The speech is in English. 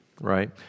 right